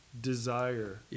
desire